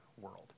world